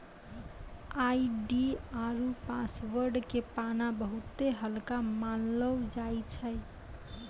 ID आरु password के पाना बहुते हल्का मानलौ जाय छै